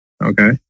Okay